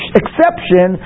exception